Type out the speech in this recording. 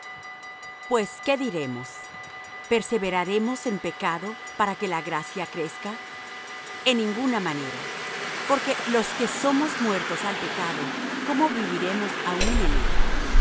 pues qué diremos perseveraremos en pecado para que la gracia crezca en ninguna manera porque los que somos muertos al pecado cómo viviremos aún en él